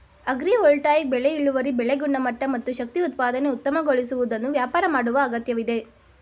agrivoltaic ಬೆಳೆ ಇಳುವರಿ ಬೆಳೆ ಗುಣಮಟ್ಟ ಮತ್ತು ಶಕ್ತಿ ಉತ್ಪಾದನೆ ಉತ್ತಮಗೊಳಿಸುವುದನ್ನು ವ್ಯಾಪಾರ ಮಾಡುವ ಅಗತ್ಯವಿದೆ